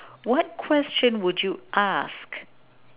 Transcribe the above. what question would you ask